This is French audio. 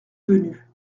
venu